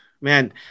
man